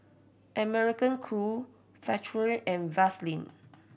American Crew Factorie and Vaseline